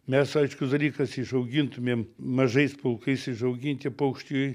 mes aiškus dalykas išaugintumėm mažais pulkais išauginti paukščiai